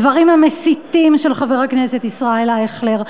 הדברים המסיתים של חבר הכנסת ישראל אייכלר.